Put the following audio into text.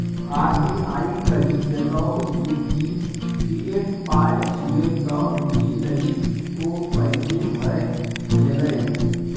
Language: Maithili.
आर.बी.आई कहि देतौ जे ई फिएट पाय छियै त बुझि लही ओ पैसे भए गेलै